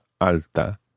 Alta